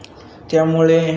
त्यामुळे